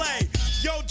yo